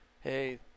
hey